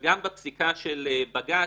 וגם הפסיקה של בג"ץ,